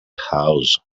house